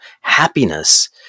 happiness